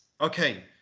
okay